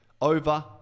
over